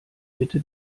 bitte